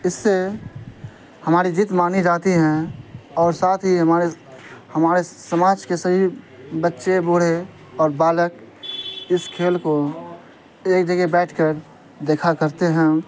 اس سے ہماری جیت مانی جاتی ہیں اور ساتھ ہی ہمارے ہمارے سماج کے سبھی بچے بوڑھے اور بالک اس کھیل کو ایک جگہ بیٹھ کر دیکھا کرتے ہیں